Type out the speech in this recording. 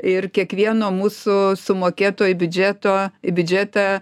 ir kiekvieno mūsų sumokėto į biudžeto į biudžetą